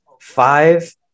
five